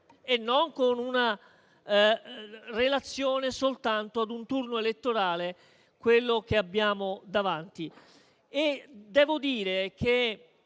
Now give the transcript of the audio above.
e non in relazione soltanto ad un turno elettorale, quello che abbiamo davanti.